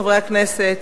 חברי הכנסת,